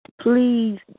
please